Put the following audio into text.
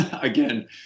again